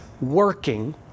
working